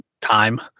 time